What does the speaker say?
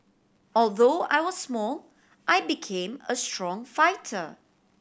although I was small I became a strong fighter